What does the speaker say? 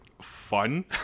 fun